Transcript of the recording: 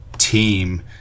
Team